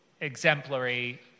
exemplary